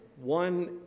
One